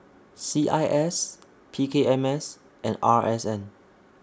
C I S P K M S and R S N